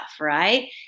right